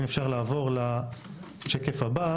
אם אפשר לעבור לשקף הבא